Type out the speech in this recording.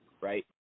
right